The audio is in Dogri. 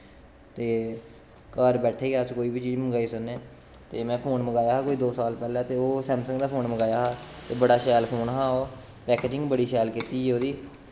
ते घर बैठे गै अस कोई बी चीज़ मंगवाई सकने ते में फोन मंगाया हा कोई दो साल पैह्लें ते ओह् सैमसंग दा फोन मंगाया हा ते बड़ा शैल फोन हा ओह् पैकजिंग बड़ी शैल कीती दी ही ओह्दी